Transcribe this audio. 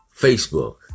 Facebook